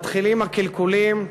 מתחילים הקלקולים,